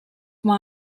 some